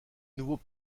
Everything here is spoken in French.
nouveau